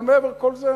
אבל מעבר לכל זה,